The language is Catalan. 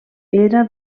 era